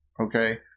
Okay